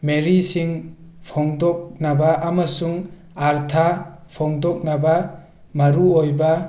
ꯃꯔꯤꯁꯤꯡ ꯐꯣꯡꯗꯣꯛꯅꯕ ꯑꯃꯁꯨꯡ ꯑꯥꯔꯊ ꯐꯣꯡꯗꯣꯛꯅꯕ ꯃꯔꯨ ꯑꯣꯏꯕ